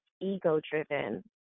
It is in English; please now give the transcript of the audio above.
ego-driven